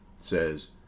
says